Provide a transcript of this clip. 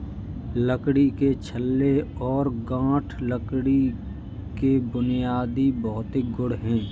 लकड़ी के छल्ले और गांठ लकड़ी के बुनियादी भौतिक गुण हैं